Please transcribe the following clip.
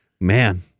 Man